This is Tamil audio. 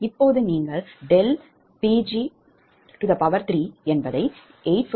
இப்போது நீங்கள் ∆Pg3850 271